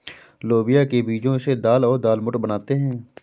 लोबिया के बीजो से दाल और दालमोट बनाते है